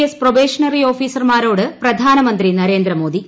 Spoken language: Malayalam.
എസ് പ്രൊബേഷനറി ഓഫീസർമാരോട് പ്രധാനമന്ത്രി നരേന്ദ്രമോദി